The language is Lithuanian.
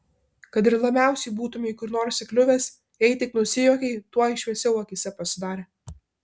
kad ir labiausiai būtumei kur nors įkliuvęs jei tik nusijuokei tuoj šviesiau akyse pasidarė